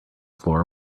floor